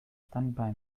standby